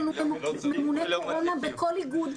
יש לנו ממונה קורונה בכל איגוד.